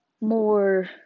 more